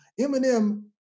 Eminem